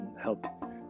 help